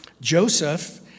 Joseph